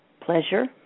pleasure